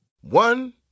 One